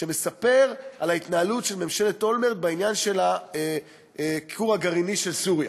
שמספר על ההתנהלות של ממשלת אולמרט בעניין של הכור הגרעיני של סוריה.